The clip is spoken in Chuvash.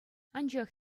анчах